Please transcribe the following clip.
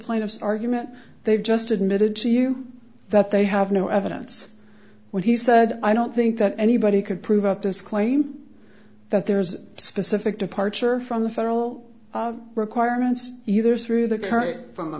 plaintiff's argument they've just admitted to you that they have no evidence when he said i don't think that anybody could prove up his claim that there's a specific departure from the federal requirements either through their courage from a